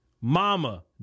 mama